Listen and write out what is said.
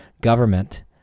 government